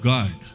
God